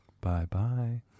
Bye-bye